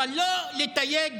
אבל לא לתייג